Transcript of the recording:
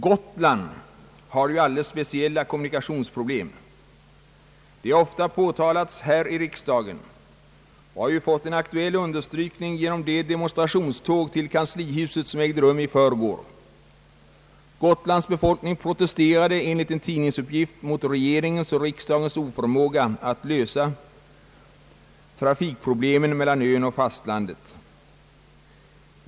Gotland har ju alldeles speciella kommunikationsproblem, De har ofta påtalats här i riksdagen och har ju fått en aktuell understrykning genom det demonstrationståg till kanslihuset som ägde rum i förrgår. Gotlands befolkning protesterade enligt en tidningsuppgift mot regeringens och riksdagens oförmåga att lösa trafikproblemen mellan ön och fastlandet.